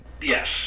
Yes